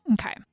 Okay